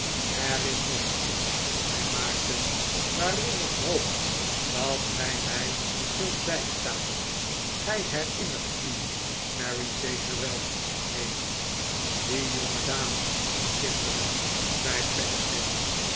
er is nog iets zei maarten waarin ik hoop dat gij mij zult bijstaan gij herinnert u mary zeker wel neef die jongedame kinderen zei